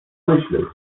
myśleć